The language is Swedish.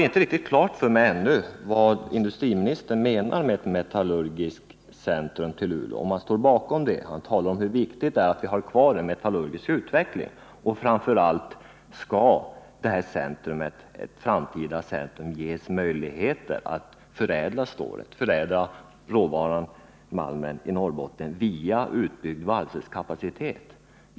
Industriministern talar om hur viktigt det är att vi har kvar en metallurgisk utveckling, men jag har ännu inte fått riktigt klart för mig vad industriministern menar med att förlägga ett metallurgiskt centrum till Luleå och om han står bakom den tanken. Och framför allt: Skall detta framtida centrum ges möjligheter att förädla råvaran/malmen i Norrbotten via en utbyggd valsverkskapacitet?